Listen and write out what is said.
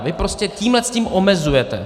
Vy prostě tímhletím omezujete.